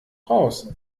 raus